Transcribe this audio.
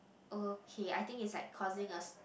okay I think it's like causing a